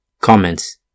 Comments